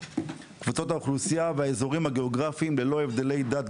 קבוצות האוכלוסייה והאזורים הגאוגרפים ללא הבדלי דת,